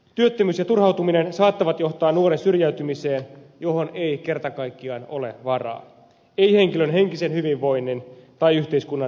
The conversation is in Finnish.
työttömyys ja turhautuminen saattavat johtaa nuoren syrjäytymiseen johon ei kerta kaikkiaan ole varaa ei henkilön henkisen hyvinvoinnin eikä yhteiskunnan resurssien kannalta